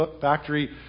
factory